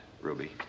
ruby